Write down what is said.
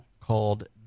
Called